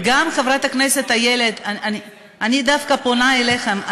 גם חברת הכנסת איילת, אני פונה דווקא אליכם.